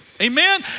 amen